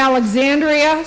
alexandria